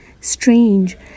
Strange